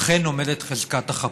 אכן עומדת חזקת החפות,